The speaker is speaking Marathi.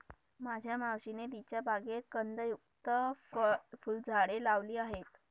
माझ्या मावशीने तिच्या बागेत कंदयुक्त फुलझाडे लावली आहेत